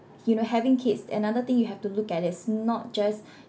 you know having kids another thing you have to look at is not just